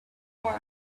mark